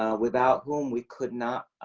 um without whom we could not